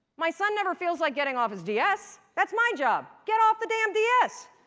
my son never feels like getting off his ds. that's my job! get off the damn ds!